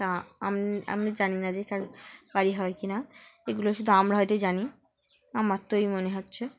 তা আম আমি জানি না যে কার বাড়ি হয় কি না এগুলো শুধু আমরা হয়তো জানি আমার তোই মনে হচ্ছে